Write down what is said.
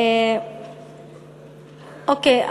אוקיי,